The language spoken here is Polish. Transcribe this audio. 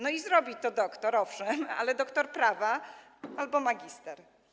No i zrobi to doktor, owszem, ale doktor prawa albo magister.